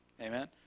Amen